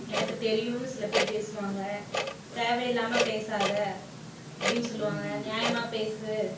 எனக்கு தெரியுன்னு சில பேர் பேசுவாங்க தேவையில்லாமல் பேசாத அப்படின்னு சொல்லுவாங்க நியாயமாக பேசு